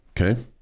Okay